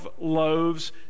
loaves